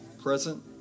present